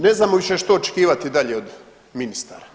Ne znamo više što očekivati dalje od ministara.